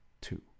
two